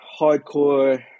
hardcore